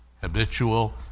habitual